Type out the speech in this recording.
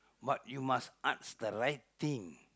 but you must ask the right thing